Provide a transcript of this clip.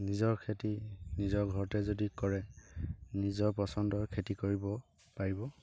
নিজৰ খেতি নিজৰ ঘৰতে যদি কৰে নিজৰ পচন্দৰ খেতি কৰিব পাৰিব